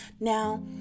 now